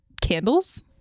candles